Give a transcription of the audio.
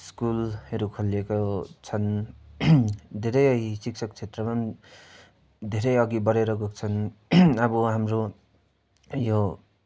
स्कुलहरू खोलेका छन् धेरै शिक्षक क्षेत्रमा धेरै अघि बढेर गएका छन् अब हाम्रो यो